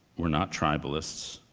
we're not tribalists.